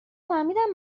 فهمیدم